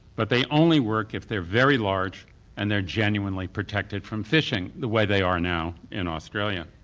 but they only work if they're very large and they're genuinely protected from fishing, the way they are now in australia.